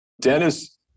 Dennis